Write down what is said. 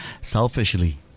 selfishly